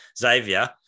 Xavier